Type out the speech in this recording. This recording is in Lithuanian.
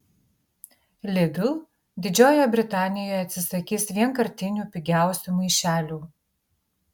lidl didžiojoje britanijoje atsisakys vienkartinių pigiausių maišelių